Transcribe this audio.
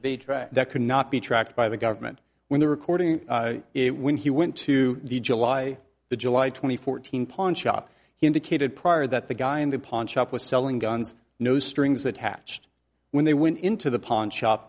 tried that could not be tracked by the government when the recording it when he went to the july the july twenty fourth teen pawn shop he indicated prior that the guy in the pawn shop was selling guns no strings attached when they went into the pawn shop